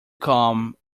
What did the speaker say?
come